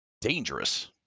dangerous